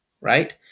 right